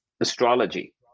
astrology